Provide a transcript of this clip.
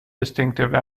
distinctive